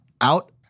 out